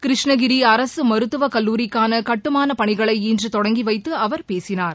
கிருஷ்ணகிரி அரசு மருத்துவக் கல்லூரிக்கான கட்டுமானப் பணிகளை இன்று தொடங்கி வைத்து அவர் பேசினார்